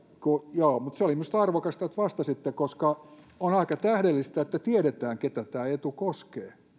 joo se oli minusta arvokasta että vastasitte koska on aika tähdellistä että tiedetään keitä tämä etu koskee